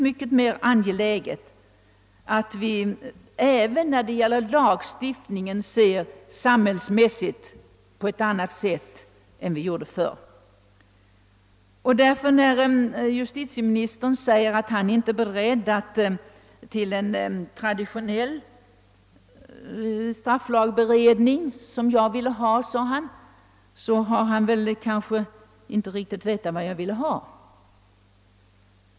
Det är angeläget att vi även när det gäller lagstiftningen ser samhällsmässigt på ett annat sätt än förr. När justitieministern säger, att han inte är beredd till en traditionell strafflagberedning har han kanske inte riktigt känt till vad jag vill ha.